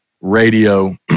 radio